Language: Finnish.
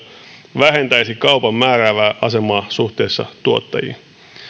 vähentäisi kaupan määräävää asemaa suhteessa tuottajiin